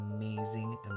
amazing